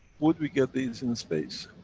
would we get these in space?